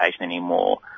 anymore